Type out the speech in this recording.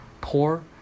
poor